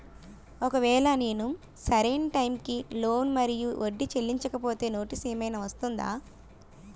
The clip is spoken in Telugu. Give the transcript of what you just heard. ఒకవేళ నేను సరి అయినా టైం కి లోన్ మరియు వడ్డీ చెల్లించకపోతే నోటీసు ఏమైనా వస్తుందా?